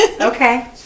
okay